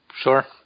Sure